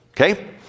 Okay